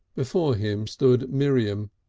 before him stood miriam,